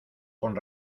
con